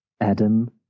Adam